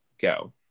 Go